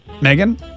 Megan